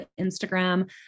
Instagram